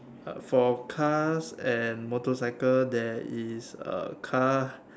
for cars and motorcycles there is a car